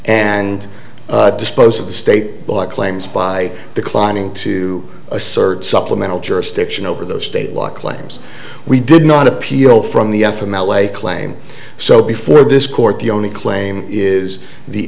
and dispose of the state but claims by the climbing to assert supplemental jurisdiction over the state law claims we did not appeal from the f m l a claim so before this court the only claim is the